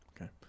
Okay